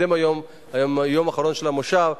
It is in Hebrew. אדוני היושב-ראש,